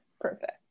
perfect